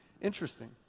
interesting